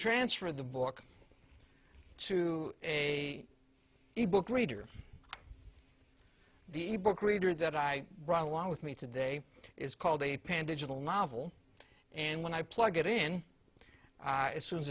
transfer the book to a e book reader of the ebook reader that i brought along with me today is called a pan digital novel and when i plug it in as soon as